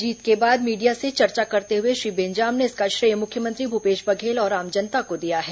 जीत के बाद मीडिया से चर्चा करते हुए श्री बेंजाम ने इसका श्रेय मुख्यमंत्री भूपेश बघेल और आम जनता को दिया है